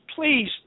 please